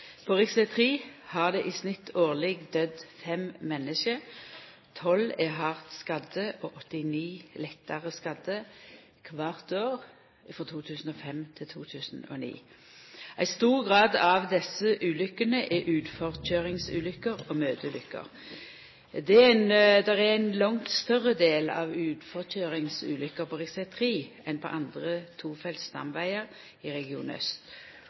på grunn av dei høge ulykkestala. På rv. 3 har det i snitt årleg døydd 5 menneske, 12 er hardt skadde og 89 lettare skadde kvart år frå 2005 til 2009. I stor grad er desse ulykkene utforkøyringsulykker og møteulykker. Det er ein større del av utforkøyringsulykker på rv. 3 enn på andre tofelts stamvegar i Region